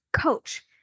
coach